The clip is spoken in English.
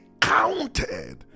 counted